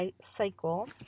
cycle